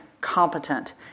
competent